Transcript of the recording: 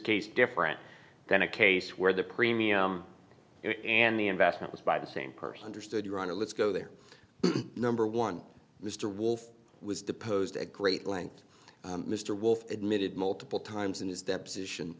case different than a case where the premium and the investment was by the same person there stood your honor let's go there number one mr wolf was deposed at great length mr wolfe admitted multiple times in his deposition